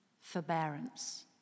forbearance